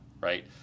right